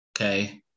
Okay